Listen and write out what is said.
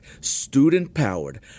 student-powered